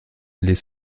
les